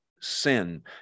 Sin